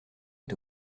est